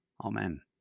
Amen